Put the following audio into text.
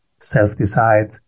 self-decide